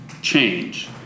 change